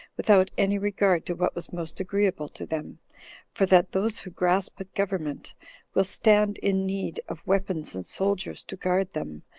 without any regard to what was most agreeable to them for that those who grasp at government will stand in need of weapons and soldiers to guard them,